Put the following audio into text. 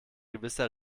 gewisser